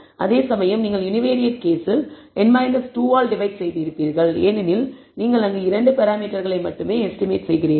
அதேசமயம் நீங்கள் யுனிவேரியேட் கேஸில் n 2 ஆல் டிவைட் செய்திருப்பீர்கள் ஏனெனில் நீங்கள் அங்கு இரண்டு பராமீட்டர்களை மட்டுமே எஸ்டிமேட் செய்கிறீர்கள்